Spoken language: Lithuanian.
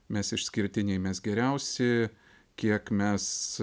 mes išskirtiniai mes geriausi kiek mes